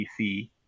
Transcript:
PC